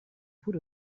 put